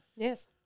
Yes